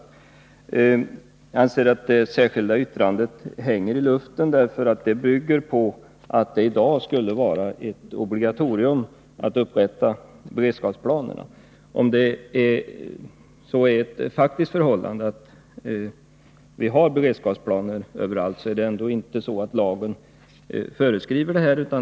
Jag anser att det särskilda yttrandet hänger i luften, därför att det bygger på uppfattningen att det i dag skulle vara ett obligatorium att upprätta beredskapsplaner. Om det faktiska förhållandet är sådant att det finns beredskapsplaner överallt, är det ändå så att lagen inte föreskriver det.